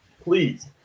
please